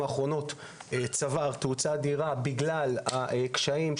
האחרונות צבר תאוצה אדירה בגלל הקשיים שצפו,